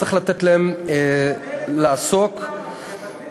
צריך לתת להם לעסוק, תבטל, תבטל.